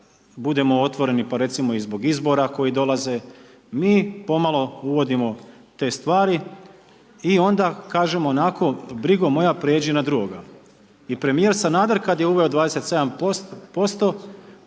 budimo otvoreni pa recimo i zbog izbora koji dolaze mi pomalo uvodimo te stvari i onda kažemo onako „brigo moja pređi na drugoga“ i Premijer Sanader kada je uveo 27%